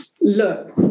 look